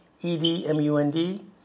E-D-M-U-N-D